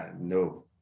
no